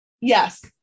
Yes